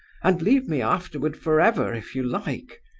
and leave me afterward forever, if you like.